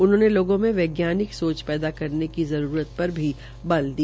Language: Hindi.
उन्होंने लध्यों में वैज्ञानिक साच पैदा करने की जरूरत पर भी जप्र दिया